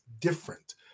different